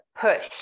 push